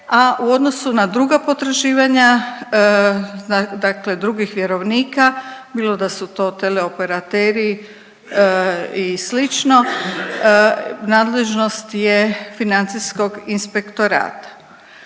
a u odnosu na druga potraživanja dakle drugih vjerovnika bilo da su to teleoperateri i slično, nadležnost je financijskog inspektorata.